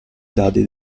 dadi